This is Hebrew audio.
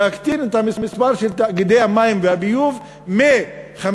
להקטין את מספר תאגידי המים והביוב מ-55,